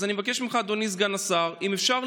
אז אני מבקש ממך,